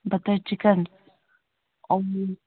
butter chicken